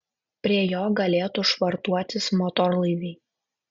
prie jo galėtų švartuotis motorlaiviai